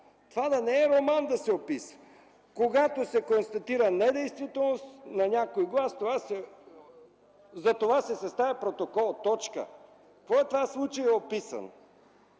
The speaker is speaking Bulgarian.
Това да не е роман да се описва?! Когато се констатира недействителност на някой глас, за това се съставя протокол. Какво е това „случаят се описва”?